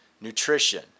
Nutrition